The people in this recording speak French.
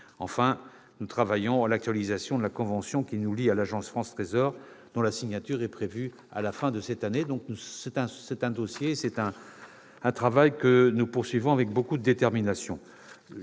Enfin, nous travaillons à l'actualisation de la convention qui nous lie à l'agence France Trésor ; la signature est prévue à la fin de cette année. C'est un travail que nous poursuivons avec beaucoup de détermination.